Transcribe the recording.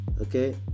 okay